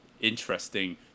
interesting